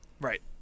Right